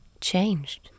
changed